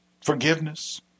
forgiveness